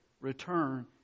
return